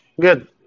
Good